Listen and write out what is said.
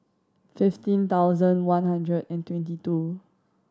fifteen thousand one hundred and twenty two